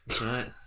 Right